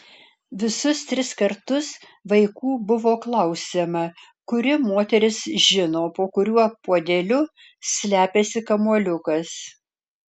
visus tris kartus vaikų buvo klausiama kuri moteris žino po kuriuo puodeliu slepiasi kamuoliukas